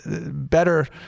better